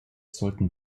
sollten